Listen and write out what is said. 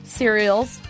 cereals